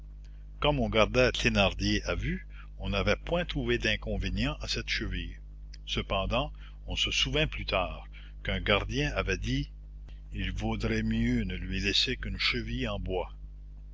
comme on gardait thénardier à vue on n'avait point trouvé d'inconvénient à cette cheville cependant on se souvint plus tard qu'un gardien avait dit il vaudrait mieux ne lui laisser qu'une cheville en bois